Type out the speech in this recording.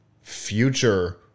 future